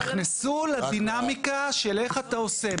נכנסו לדינמיקה של איך אתה עושה,